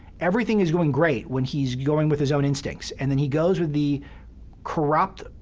everything is going great when he's going with his own instincts, and then he goes with the corrupt,